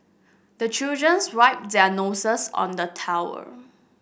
the children wipe their noses on the towel